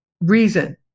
reason